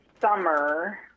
summer